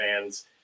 fans